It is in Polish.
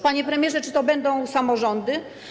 Panie premierze, czy to będą samorządy?